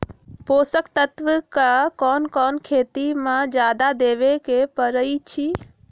पोषक तत्व क कौन कौन खेती म जादा देवे क परईछी?